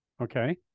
okay